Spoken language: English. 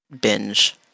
binge